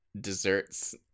desserts